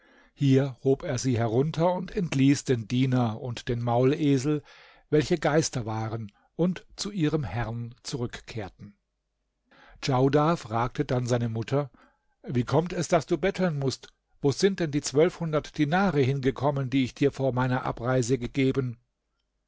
hier hob er sie herunter und entließ den diener und den maulesel welche geister waren und zu ihrem herrn zurückkehrten djaudar fragte dann seine mutter wie kommt es daß du betteln mußtest wo sind denn die zwölfhundert dinare hingekommen die ich dir vor meiner abreise gegeben